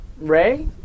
Ray